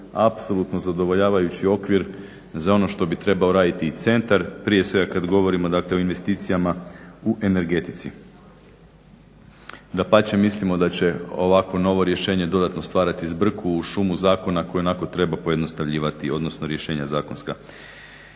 apsolutno zadovoljavajući okvir za ono što bi trebao raditi i centar, prije svega kad govorimo o investicijama u energetici. Dapače, mislim da će ovakvo novo rješenje dodatno stvarati zbrku u šumi zakona koji ionako treba pojednostavljivati, odnosno rješenja zakonska.